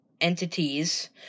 entities